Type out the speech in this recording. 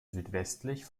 südwestlich